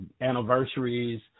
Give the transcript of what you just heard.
anniversaries